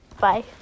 Bye